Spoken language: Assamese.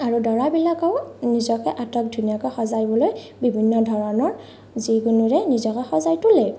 আৰু দৰাবিলাকেও নিজকে আটক ধুনীয়াকৈ সজাবলৈ বিভিন্ন ধৰণৰ যিকোনোৰে নিজকে সজাই তোলে